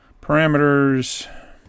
parameters